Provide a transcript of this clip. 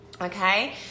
Okay